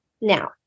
Now